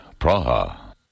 Praha